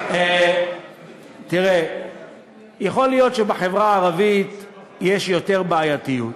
יכול להיות שבחברה הערבית יש יותר בעייתיות,